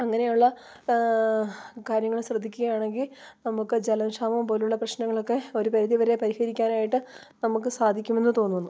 അങ്ങനെയുള്ള കാര്യങ്ങൾ ശ്രദ്ധിക്കുകയാണെങ്കിൽ നമുക്ക് ജലക്ഷാമം പോലെയുള്ള പ്രശ്നങ്ങളൊക്കെ ഒരു പരിധി വരെ പരിഹരിക്കാൻ ആയിട്ട് നമുക്ക് സാധിക്കുമെന്ന് തോന്നുന്നു